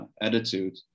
attitude